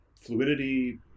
fluidity